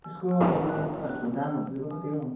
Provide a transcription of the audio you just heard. यसको यो लुगाहरूको दामहरू चाहिँ कति हो